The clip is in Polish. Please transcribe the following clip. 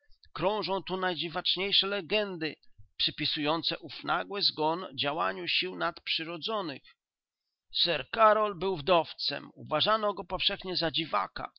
krążą tu najdziwaczniejsze legendy przypisujące ów nagły zgon działaniu sił nadprzyrodzonych sir karol był wdowcem uważano go powszechnie za dziwaka